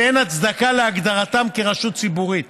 שאין הצדקה להגדרתם כרשות ציבורית